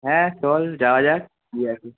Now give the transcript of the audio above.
হ্যাঁ চল যাওয়া যাক ঘুরে আসি